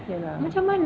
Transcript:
ya lah